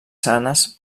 sanes